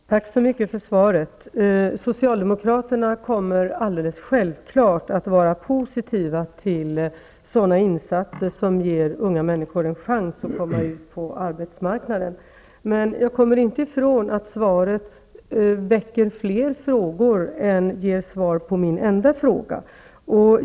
Fru talman! Jag tackar arbetsmarknadsministern för svaret. Socialdemokraterna kommer alldeles självklart att vara positiva till insatser som ger unga människor en chans att komma in på arbetsmarknaden, men jag kommer inte ifrån att svaret mera väcker nya frågor än ger svar på min enda fråga.